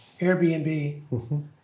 Airbnb